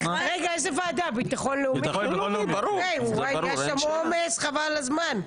6. מי נגד?